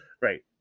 right